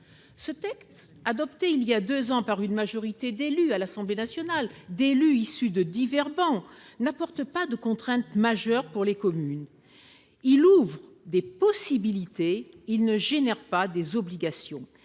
ce texte, adopté il y a 2 ans par une majorité d'élus à l'Assemblée nationale d'élus issus de divers bancs n'apporte pas de contrainte majeure pour les communes, il ouvre des possibilités, il ne génère pas des obligations,